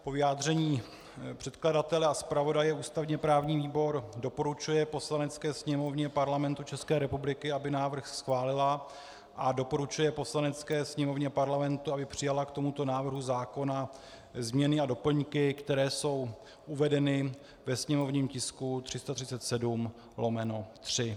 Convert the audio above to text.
Po vyjádření předkladatele a zpravodaje ústavněprávní výbor doporučuje Poslanecké sněmovně Parlamentu ČR, aby návrh schválila, a doporučuje Poslanecké sněmovně Parlamentu, aby přijala k tomuto návrhu zákona změny a doplňky, které jsou uvedeny ve sněmovním tisku 337/3.